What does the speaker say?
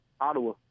Ottawa